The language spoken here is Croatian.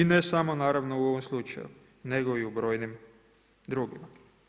I ne samo naravno u ovom slučaju nego i u brojnim drugima.